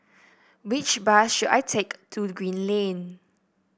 which bus should I take to Green Lane